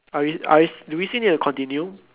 are we are we do we still need to continue